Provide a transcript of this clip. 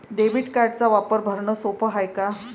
Debit कार्डचा वापर भरनं सोप हाय का?